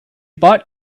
bought